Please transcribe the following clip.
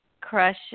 crush